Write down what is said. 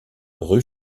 rue